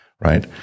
right